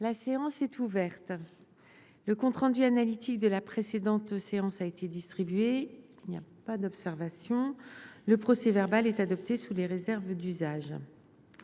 La séance est ouverte. Le compte rendu analytique de la précédente séance a été distribué. Il n’y a pas d’observation ?… Le procès verbal est adopté sous les réserves d’usage.